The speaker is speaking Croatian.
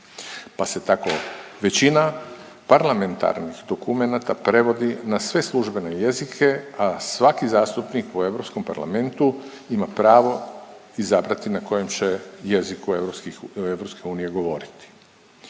pa se tako većina parlamentarnih dokumenata prevodi na sve službene jezike, a svaki zastupnik u Europskom parlamentu ima pravo izabrati na kojem će jeziku EU govoriti.